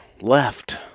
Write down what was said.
left